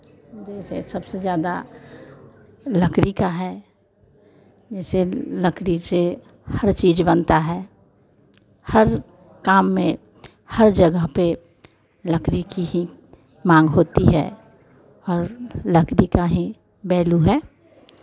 जैसे सबसे ज़्यादा लकड़ी का है जैसे लकड़ी से हर चीज़ बनता है हर काम में हर जगह पे लकड़ी की ही मांग होती है हर लकड़ी का ही बैलू है